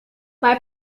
many